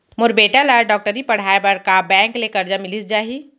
मोर बेटा ल डॉक्टरी पढ़ाये बर का बैंक ले करजा मिलिस जाही?